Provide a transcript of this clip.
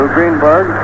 Greenberg